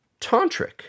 tantric